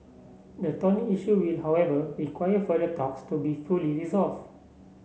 the thorny issue will however require further talks to be fully resolve